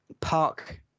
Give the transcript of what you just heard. park